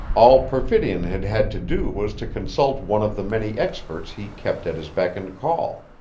all perfidion had had to do was to consult one of the many experts he kept at his beck and call.